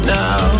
now